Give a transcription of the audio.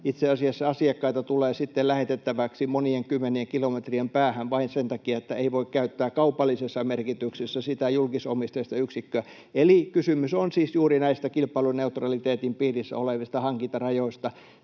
Itse asiassa asiakkaita tulee sitten lähetettäväksi monien kymmenien kilometrien päähän vain sen takia, että ei voi käyttää kaupallisessa merkityksessä sitä julkisomisteista yksikköä. Eli kysymys on siis juuri näistä kilpailuneutraliteetin piirissä olevista hankintarajoista.